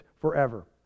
forever